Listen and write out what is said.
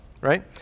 right